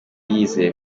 yizeye